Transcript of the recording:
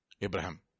abraham